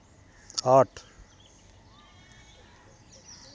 आठ